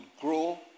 grow